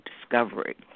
discovery